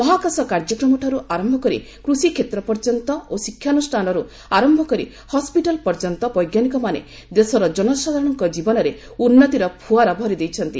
ମହାକାଶ କାର୍ଯ୍ୟକ୍ରମଠାରୁ ଆରମ୍ଭ କରି କୃଷି କ୍ଷେତ୍ର ପର୍ଯ୍ୟନ୍ତ ଓ ଶିକ୍ଷାନୁଷ୍ଠାନରୁ ଆରୟ କରି ହସ୍କିଟାଲ୍ ପର୍ଯ୍ୟନ୍ତ ବୈଜ୍ଞାନିକମାନେ ଦେଶର ଜନସାଧାରଣଙ୍କ ଜୀବନରେ ଉନ୍ଦୁତିର ଫୁଆରା ଭରି ଦେଇଛନ୍ତି